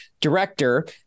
director